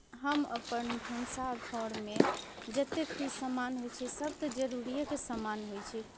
हम अपन भनसा घरमे जतेक भी सामान होइ छै सभ तऽ जरूरिएके सामान होइ छै